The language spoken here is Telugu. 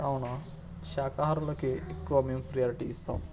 కావున శాకాహారులకి ఎక్కువ మేం ప్రయారిటీ ఇస్తాం